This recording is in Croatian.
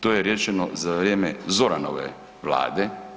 To je rečeno za vrijeme Zoranove Vlade.